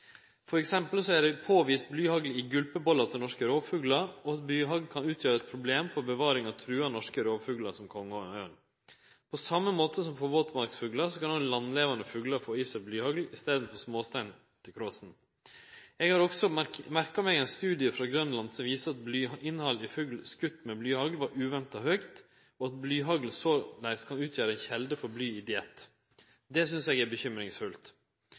er det påvist blyhagl i gulpebollar til norske rovfuglar. Blyhagl kan utgjere eit problem for bevaring av trua norske rovfuglar som kongeørn. På same måten som våtmarksfuglar kan landlevande fuglar få i seg blyhagl i staden for småstein i kråsen. Eg har også merka meg ein studie frå Grønland som viser at blyinnhaldet i fugl skoten med blyhagl, var uventa høgt, og at blyhagl såleis kan utgjere ei kjelde for bly i diett. Det synest eg er